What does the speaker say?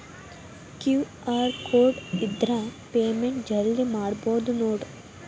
QR code ಇದ್ರ payment ಜಲ್ದಿ ಮಾಡಬಹುದು ನೋಡ್